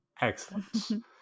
Excellent